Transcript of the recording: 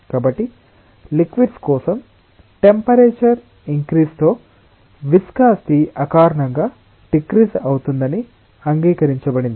కాబట్టి లిక్విడ్స్ కోసం temperature increase తో విస్కాసిటి అకారణంగా డిక్రిజ్ అవుతుందని అంగీకరించబడింది